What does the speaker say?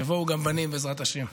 יבואו גם בנים, בעזרת השם.